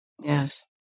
Yes